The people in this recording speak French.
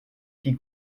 qui